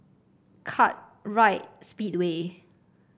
Kartright Speedway